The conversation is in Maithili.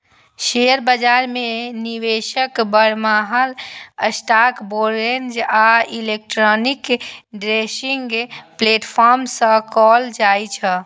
शेयर बाजार मे निवेश बरमहल स्टॉक ब्रोकरेज आ इलेक्ट्रॉनिक ट्रेडिंग प्लेटफॉर्म सं कैल जाइ छै